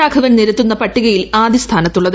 രാഘവൻ നിരത്തുന്ന പട്ടികയിൽ ആദ്യസ്ഥാനത്തുള്ളത്